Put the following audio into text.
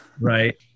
Right